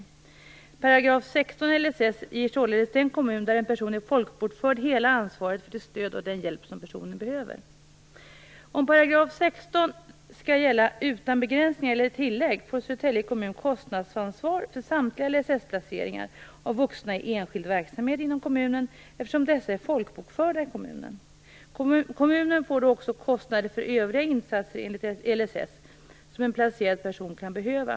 16 § LSS ger således den kommun där en person är folkbokförd hela ansvaret för det stöd och den hjälp som personen behöver. LSS-placeringar av vuxna i enskild verksamhet inom kommunen, eftersom dessa är folkbokförda i kommunen. Kommunen får då också kostnader för övriga insatser enligt LSS som en placerad person kan behöva.